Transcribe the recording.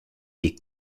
est